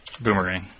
Boomerang